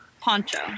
Poncho